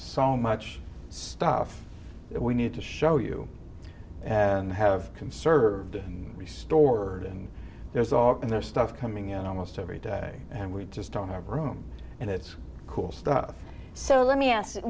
so much stuff that we need to show you and have conserved and be stored and there's all this stuff coming in almost every day and we just don't have room and it's cool stuff so let me ask